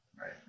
Right